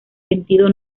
sentido